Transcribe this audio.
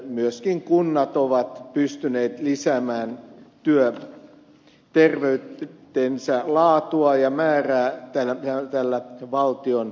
myöskin kunnat ovat pystyneet lisäämään työterveytensä laatua ja määrää tällä valtion rahoituksella